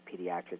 Pediatrics